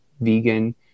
vegan